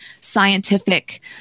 scientific